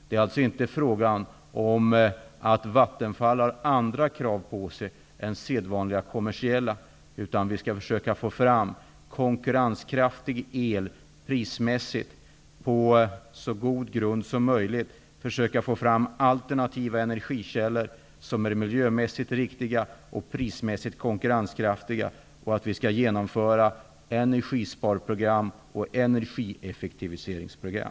Det är alltså inte fråga om att Vattenfall har andra krav på sig än sedvanliga kommersiella. Vi skall försöka få fram prismässigt konkurrenskraftig el, på så god grund som möjligt försöka få fram alternativa energikällor som är miljömässigt riktiga och prismässigt konkurrenskraftiga, och vi skall genomföra energisparprogram och energieffektiviseringsprogram.